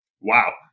Wow